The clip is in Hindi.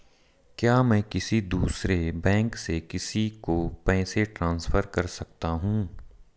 क्या मैं किसी दूसरे बैंक से किसी को पैसे ट्रांसफर कर सकता हूं?